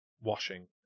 washing